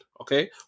Okay